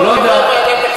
הוא לא עבר את ועדת הכספים.